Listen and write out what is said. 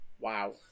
wow